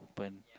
open